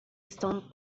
estão